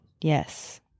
Yes